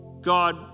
God